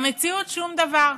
במציאות שום דבר.